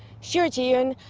sure ji-yoon,